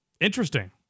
Interesting